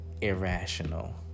irrational